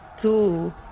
two